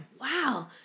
Wow